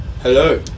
Hello